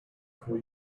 four